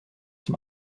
zum